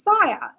fire